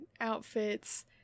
outfits